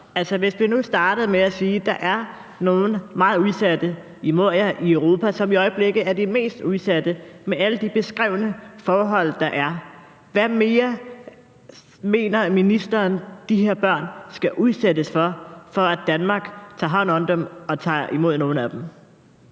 hvis vi nu startede med at sige, at der er nogle meget udsatte i Moria i Europa, som i øjeblikket er de mest udsatte, og med alle de beskrevne forhold, der er, hvad mere mener ministeren så de her børn skal udsættes for, for at Danmark tager hånd om dem og tager imod nogle af dem?